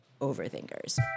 overthinkers